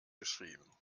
geschrieben